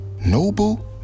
Noble